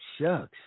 shucks